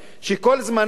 שכל זמנם,